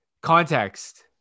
Context